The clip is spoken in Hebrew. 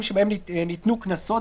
שבהם ניתנו קנסות